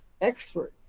expert